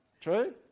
True